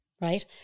right